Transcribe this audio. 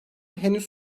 henüz